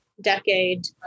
decade